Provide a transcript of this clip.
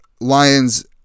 Lions